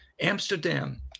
Amsterdam